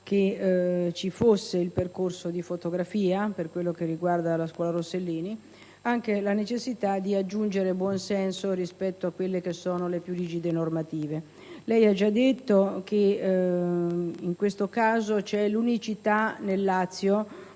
che ci fosse il percorso di fotografia, per quello che riguarda la scuola Rossellini) della necessità di aggiungere il buon senso rispetto a quelle che sono le più rigide normative. Il Sottosegretario ha già detto che in questo caso c'è l'unicità nel Lazio